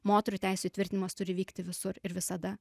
moterų teisių įtvirtinimas turi vykti visur ir visada